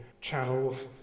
channels